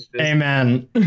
Amen